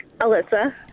Alyssa